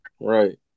right